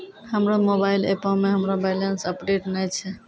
हमरो मोबाइल एपो मे हमरो बैलेंस अपडेट नै छै